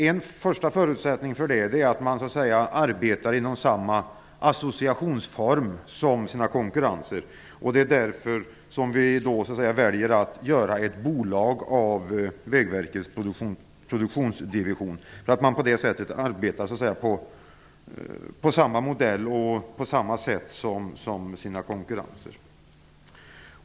En första förutsättning är att man arbetar inom samma associationsform som sina konkurrenter. Det är därför vi väljer att göra ett bolag av Vägverkets produktionsdivision, så att divisionen kan arbeta på samma sätt som sina konkurrenter.